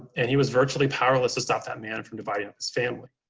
and he was virtually powerless to stop that man from dividing up his family.